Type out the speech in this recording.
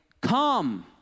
come